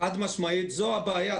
חד-משמעית זו הבעיה.